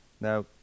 Now